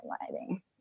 lighting